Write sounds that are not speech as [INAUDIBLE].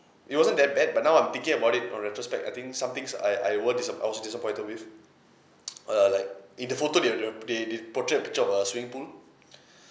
it wasn't that bad but now I'm thinking about it on retrospect I think somethings I I were disa~ I was disappointed with [NOISE] uh like in the photo they were they were they they portrayed a picture of a swimming pool